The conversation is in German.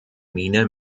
mine